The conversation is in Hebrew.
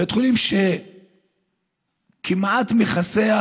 בית חולים שכמעט מכסה,